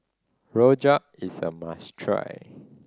rojak is a must try